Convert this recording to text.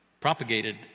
propagated